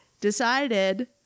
decided